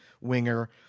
winger